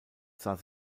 sah